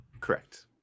Correct